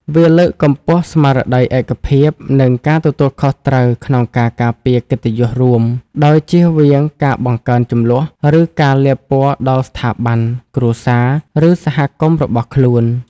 វាលើកកម្ពស់ស្មារតីឯកភាព និងការទទួលខុសត្រូវក្នុងការការពារកិត្តិយសរួម ដោយជៀសវាងការបង្កើនជម្លោះ ឬការលាបពណ៌ដល់ស្ថាប័ន គ្រួសារ ឬសហគមន៍របស់ខ្លួន។